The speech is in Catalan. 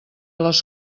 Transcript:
les